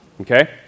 okay